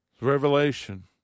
revelation